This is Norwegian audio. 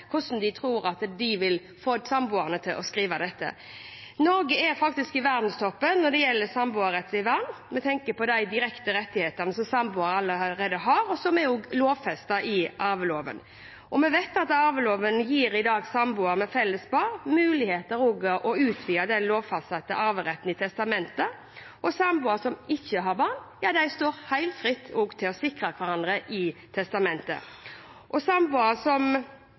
vil få samboerne til å skrive dette. Norge er faktisk i verdenstoppen når det gjelder samboerrettslig vern. Vi tenker på de direkte rettighetene som samboere allerede har, og som også er lovfestet i arveloven. Vi vet at arveloven gir i dag samboere med felles barn mulighet til å utvide den lovfastsatte arveretten i testament, og samboere som ikke har barn, ja, de står helt fritt til å sikre hverandre i testament. Samboere kan også i testament fastsette full rett til uskifte. Samboeres rettigheter og interesser er dermed, sånn som